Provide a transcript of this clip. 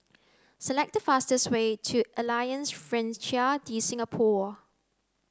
select the fastest way to Alliance Francaise de Singapour